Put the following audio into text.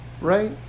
right